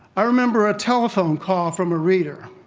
i remember a telephone call from a reader,